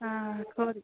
آ کوٚت